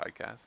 podcast